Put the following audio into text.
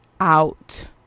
out